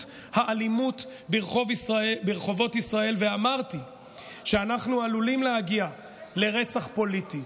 האלימות ברחובות ישראל ואמרתי שאנחנו עלולים להגיע לרצח פוליטי.